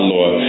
Lord